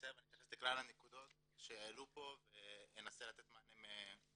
ואני אתייחס לכלל הנקודות שהעלו פה ואנסה לתת מענה מלא.